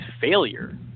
failure